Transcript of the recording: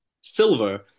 silver